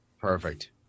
perfect